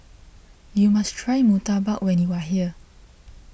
you must try Murtabak when you are here